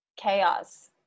chaos